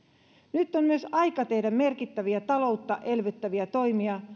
nyt on myös aika tehdä merkittäviä taloutta elvyttäviä toimia